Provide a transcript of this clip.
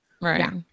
right